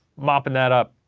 mopping that up.